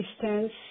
distance